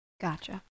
Gotcha